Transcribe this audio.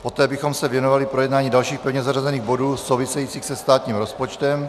Poté bychom se věnovali projednáním dalších pevně zařazených bodů souvisejících se státním rozpočtem.